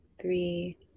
three